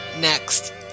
Next